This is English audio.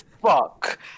fuck